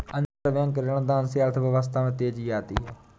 अंतरबैंक ऋणदान से अर्थव्यवस्था में तेजी आती है